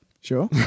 Sure